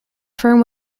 firm